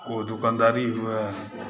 ओ दुकानदारी हुए